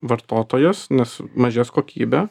vartotojas nes mažės kokybė